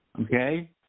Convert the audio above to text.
Okay